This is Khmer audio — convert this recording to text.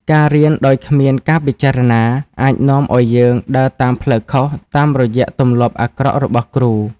ការរៀនដោយគ្មានការពិចារណា អាចនាំឱ្យយើងដើរតាមផ្លូវខុសតាមរយៈទម្លាប់អាក្រក់របស់គ្រូ។